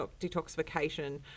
detoxification